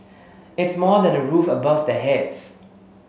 it's more than a roof above their heads